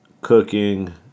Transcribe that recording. cooking